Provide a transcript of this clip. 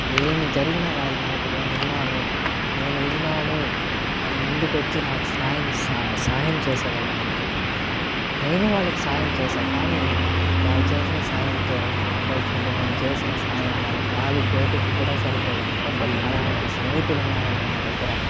ఏమి జరిగినా వాళ్లు నాకు నేనున్నాను నేను విన్నాను అని ముందుకు వచ్చి నాకు సాయం సహాయం చేసే వాళ్లు అండి నేను వాళ్లకు సాయం చేశా కానీ వాళ్ళు చేసిన సాయంతో పోల్చుకుంటే నేను చేసిన సహాయం వాళ్ల కాలి గోటికి కూడా సరిపోదండి అలాంటి స్నేహితులు ఉన్నారండి నా దగ్గర